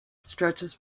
stretches